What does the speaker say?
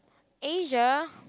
Asia